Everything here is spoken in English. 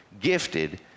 gifted